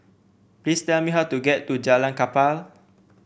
please tell me how to get to Jalan Kapal